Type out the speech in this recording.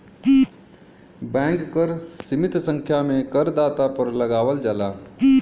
bank कर सीमित संख्या में करदाता पर लगावल जाला